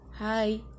Hi